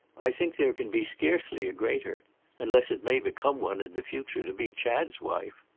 i think there can be scarcely a greater unless it may become one, in the future, to be chad's wife.